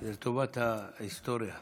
זה לטובת ההיסטוריה.